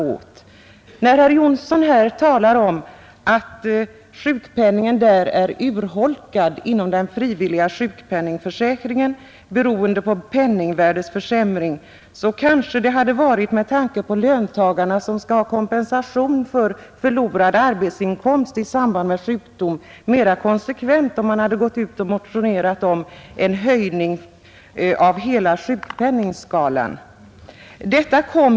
Herr Jonsson talar här om att sjukpenningen är urholkad inom den frivilliga sjukpenningförsäkringen beroende på penningvärdeförsämring. Det hade kanske, med tanke på löntagarna som skall ha kompensation för förlorad arbetsinkomst i samband med sjukdom, varit mera konsekvent om man hade motionerat om en höjning av hela sjukpenningskalan.